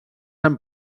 amb